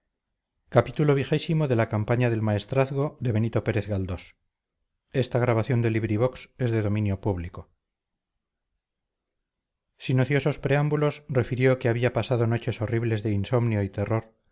sin ociosos preámbulos refirió que había pasado noches horribles de insomnio y terror